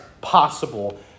possible